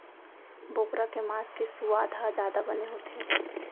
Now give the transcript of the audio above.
बोकरा के मांस के सुवाद ह जादा बने होथे